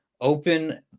Open